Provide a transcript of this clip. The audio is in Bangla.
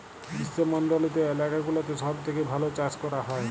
গ্রীস্মমন্ডলিত এলাকা গুলাতে সব থেক্যে ভাল চাস ক্যরা হ্যয়